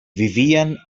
vivien